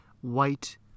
white